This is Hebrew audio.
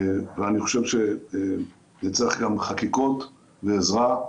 ואני חושב שצריך גם חקיקה לעזרה,